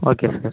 okay sir